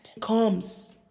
comes